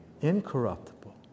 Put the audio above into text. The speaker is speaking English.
Incorruptible